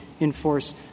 enforce